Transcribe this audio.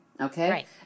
Okay